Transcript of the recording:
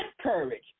courage